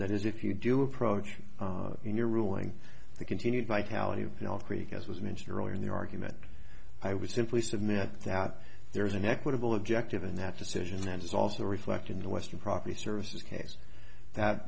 that is if you do approach in your ruling the continued by taliban and al creek as was mentioned earlier in the argument i would simply submit that there is an equitable objective in that decision that is also reflected in the western property services case that